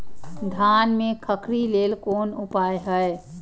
धान में खखरी लेल कोन उपाय हय?